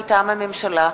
מטעם הממשלה: